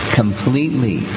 completely